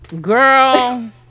Girl